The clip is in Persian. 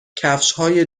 کفشهای